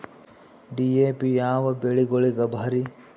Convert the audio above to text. DAP ಯಾವ ಬೆಳಿಗೊಳಿಗ ಭಾರಿ?